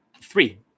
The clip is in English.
three